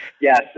Yes